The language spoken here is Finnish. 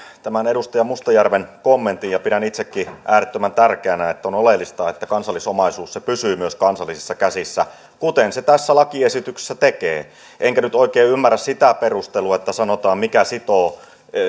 tämän edustaja mustajärven kommentin ja ja pidän itsekin äärettömän tärkeänä että on oleellista että kansallisomaisuus pysyy myös kansallisissa käsissä kuten se tässä lakiesityksessä tekee enkä nyt oikein ymmärrä sitä perustelua että sanotaan mikä sitoo